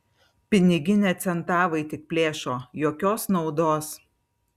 piniginę centavai tik plėšo jokios naudos